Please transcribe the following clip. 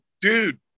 dude